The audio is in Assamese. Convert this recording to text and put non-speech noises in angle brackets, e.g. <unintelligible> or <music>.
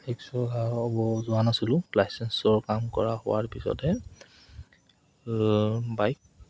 <unintelligible> যোৱা নাছিলোঁ লাইচেঞ্চৰ কাম কৰা হোৱাৰ পিছতহে বাইক